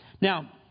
Now